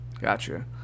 Gotcha